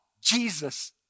Jesus